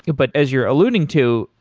ah but as you're alluding to,